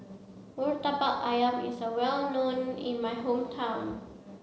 Murtabak Ayam is well known in my hometown